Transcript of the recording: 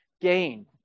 gain